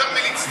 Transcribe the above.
יותר מלהצטער,